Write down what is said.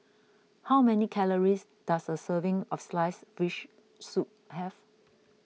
how many calories does a serving of Sliced Fish Soup have